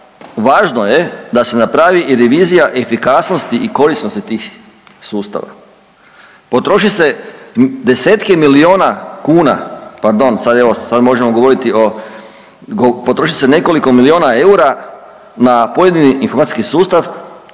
važno je da se napravi i revizija efikasnosti i korisnosti tih sustava. Potroši se desetke milijuna kuna, pardon, sad evo sad možemo govoriti o, potroši se nekoliko milijuna eura na pojedini informacijski sustav